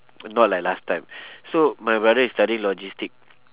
not like last time so my brother is studying logistic